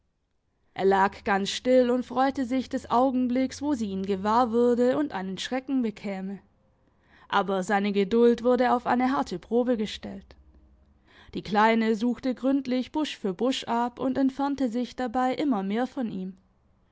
er lag ganz still und freute sich des augenblicks wo sie ihn gewahr würde und einen schrecken bekäme aber seine geduld wurde auf eine harte probe gestellt die kleine suchte gründlich busch für busch ab und entfernte sich dabei immer mehr von ihm